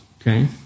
Okay